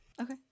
Okay